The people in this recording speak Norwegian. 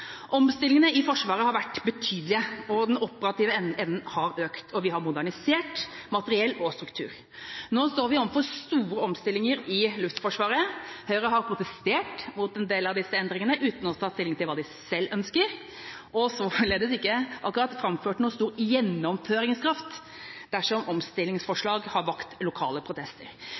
Omstillingene i Forsvaret har vært betydelige, den operative evnen har økt, og vi har modernisert materiell og struktur. Nå står vi overfor store omstillinger i Luftforsvaret. Høyre har protestert mot en del av disse endringene uten å ta stilling til hva de selv ønsker og har således ikke akkurat framført noen stor gjennomføringskraft der hvor omstillingsforslag har vakt lokale protester.